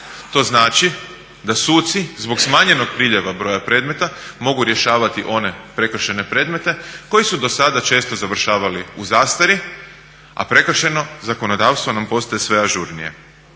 To znači da suci zbog smanjenog priljeva broja predmeta mogu rješavati one prekršajne predmete koji su dosada često završavali u zastari, a prekršajno zakonodavstvo nam postaje sve ažurnije.